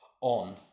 on